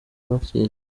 bakizi